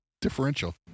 differential